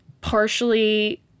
partially